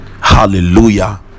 hallelujah